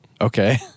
Okay